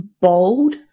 bold